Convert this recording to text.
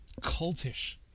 cultish